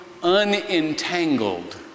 unentangled